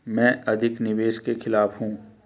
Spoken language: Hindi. मैं अधिक निवेश के खिलाफ हूँ